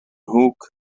hook